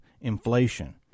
inflation